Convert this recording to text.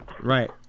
Right